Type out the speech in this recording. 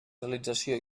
realització